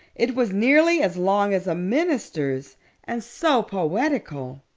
it was nearly as long as a minister's and so poetical.